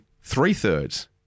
three-thirds